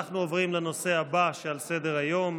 אנחנו עוברים לנושא הבא על סדר-היום,